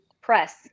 press